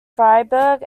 freiburg